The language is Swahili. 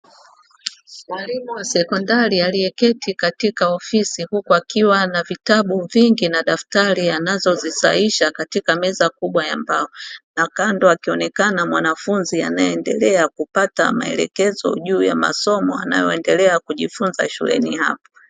Mwalimu wa sekondari aliyeketi katika ofisi huku akiwa na vitabu vingi na daftari anazozisahisha katika meza kubwa ya mbao, na kando akionekana mwanafunzi anayeendelea kupata maelekezo juu ya masomo anayoendelea kujifunza shuleni hapo.